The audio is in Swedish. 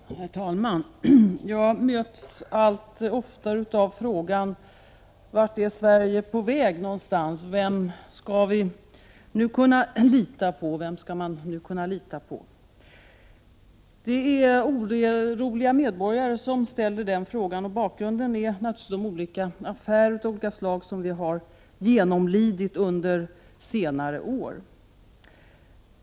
Herr talman! Jag möts allt oftare av frågan: Vart är Sverige på väg? Vem skall vi nu kunna lita på? Det är oroliga medborgare som ställer den frågan, och bakgrunden är naturligtvis de affärer av olika slag som de har genomlidit under senare år.